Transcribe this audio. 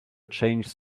changes